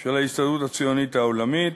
של ההסתדרות הציונית העולמית.